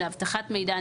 לאבטחת מידע,